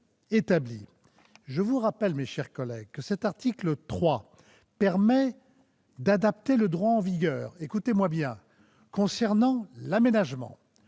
Je vous rappelle, mes chers collègues, que l'article 3 permet d'adapter le droit en vigueur concernant l'aménagement,